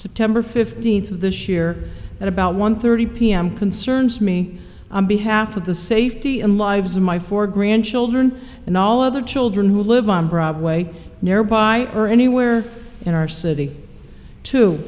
september fifteenth of this year at about one thirty p m concerns me on behalf of the safety and lives of my four grandchildren and all other children who live on broadway nearby or anywhere in our city to